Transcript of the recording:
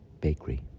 Bakery